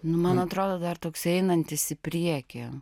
nu man atrodo dar toks einantis į priekį